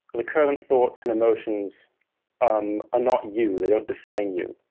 the current thoughts and emotions um not you. they don't define you.